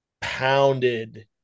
pounded